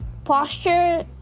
Posture